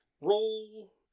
Roll